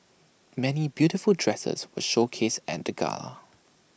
many beautiful dresses were showcased at the gala